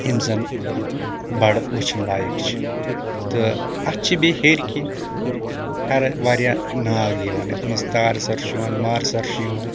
یِم زَن بَڑٕ وٕچھٕنۍ لایق چھِ تہٕ اَتھ چھِ بیٚیہِ ہیرکِنۍ ہیرِ واریاہ ناگ یِوان یَتھ منٛز تارسر چھُ یِوان مرسر چھُ یِوان